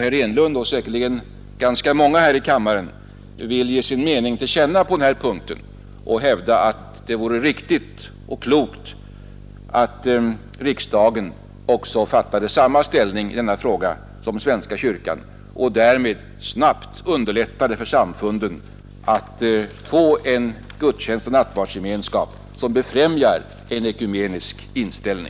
herr Enlund och jag, och säkerligen ganska många här i kammaren, vill ge vår mening till känna på denna punkt och hävda att det vore riktigt och klokt att riksdagen tog samma ställning i denna fråga som svenska kyrkan har gjort och därmed snabbt underlättar för samfunden att få en gudstjänstoch nattvardsgemenskap som befrämjar en ekumenisk inställning.